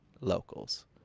locals